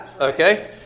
Okay